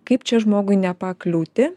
kaip čia žmogui nepakliūti